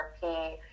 therapy